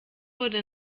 wurde